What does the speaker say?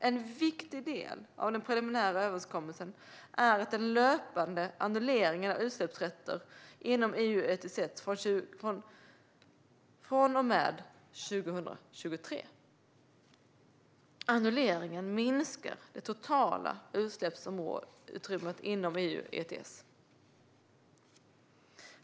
En viktig del av den preliminära överenskommelsen är den löpande annulleringen av utsläppsrätter inom EU ETS från och med 2023. Annulleringen minskar det totala utsläppsutrymmet inom EU ETS.